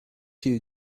you